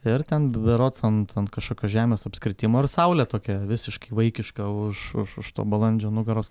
ir ten berods ant ant kažkokio žemės apskritimo ir saulė tokia visiškai vaikiška už už už to balandžio nugaros